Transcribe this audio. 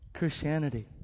Christianity